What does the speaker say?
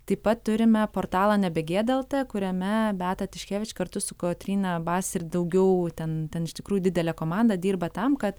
taip pat turime portalą nebegėda lt kuriame beata tiškevič kartu su kotryna bas ir daugiau ten ten iš tikrųjų didelė komanda dirba tam kad